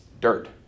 dirt